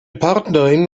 partnerin